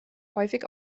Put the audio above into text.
häufig